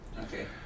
okay